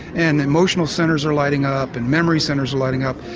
and emotional centres are lighting up, and memory centres are lighting up.